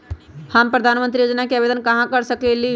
हम प्रधानमंत्री योजना के आवेदन कहा से कर सकेली?